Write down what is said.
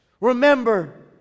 Remember